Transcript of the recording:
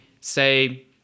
say